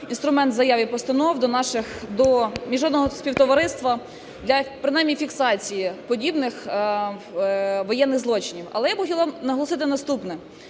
інструмент заяв і постанов до міжнародного співтовариства для принаймні фіксації подібних воєнних злочинів. Але я би хотіла наголосити наступне.